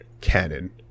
canon